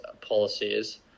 policies